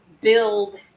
build